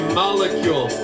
molecule